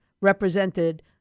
represented